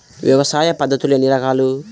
వ్యవసాయ పద్ధతులు ఎన్ని రకాలు?